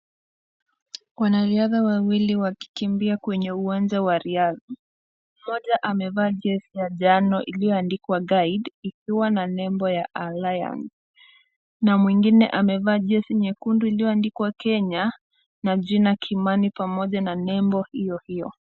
Wanariadha wawili wakikimbia kwenye uwanja wa riadha. Mmoja amevaa jezi ya njano iliyoandikwa Guide ikiwa na nembo ya Alliance na mwengine amevaa jezi nyekundu iliyoandikwa Kenya na jina Kimani pamoja na nembo hiyo hiyo.